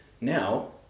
Now